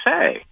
say